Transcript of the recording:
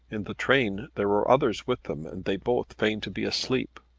in the train there were others with them and they both feigned to be asleep.